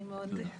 נעים מאוד.